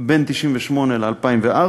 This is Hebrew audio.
בין 1998 ל-2004,